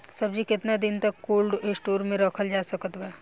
सब्जी केतना दिन तक कोल्ड स्टोर मे रखल जा सकत बा?